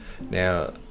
Now